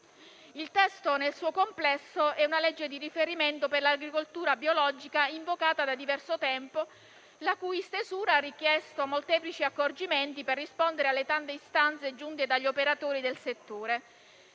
Il testo nel suo complesso costituisce una legge di riferimento per l'agricoltura biologica, invocata da diverso tempo, la cui stesura ha richiesto molteplici accorgimenti, per rispondere alle tante istanze giunte dagli operatori del settore.